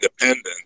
independent